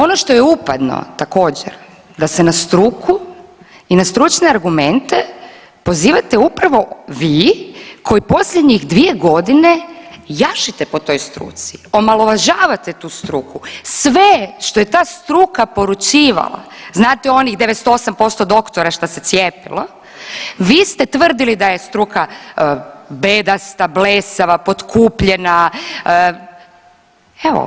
Ono što je upadno također, da se na struku i na stručne argumente pozivate upravo vi koji posljednjih 2 godine jašite po toj struci, omalovažavate tu struku, sve što je to struka poručivala, znate onih 98% doktora što se cijepilo, vi ste tvrdili da je struka bedasta, blesava, potkupljena, evo.